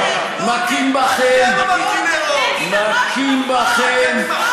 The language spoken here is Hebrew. מכים בכם, מכים בכם, אתם מרכיני הראש.